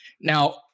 Now